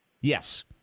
Yes